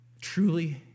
truly